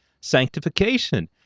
sanctification